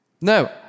No